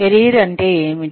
career అంటే ఏమిటి